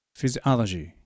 physiology 、